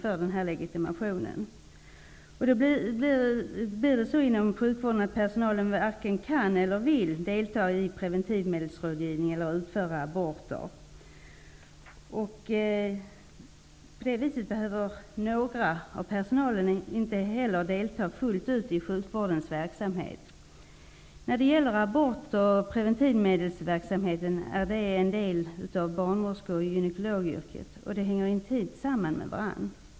Det kommer att leda till att det kommer att finnas personal inom sjukvården som varken kan eller vill delta i preventivmedelsrådgivning eller utföra aborter. På detta vis behöver en del av personalen inte heller delta fullt ut i sjukvårdens verksamhet. Aborter och preventivmedelsverksamhet är en del av barnmorskeyrket och gynekologyrket. De hänger intimt samman med varandra.